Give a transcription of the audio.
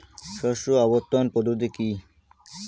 শস্য আবর্তন পদ্ধতি কি?